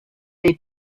dei